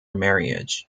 marriage